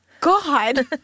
God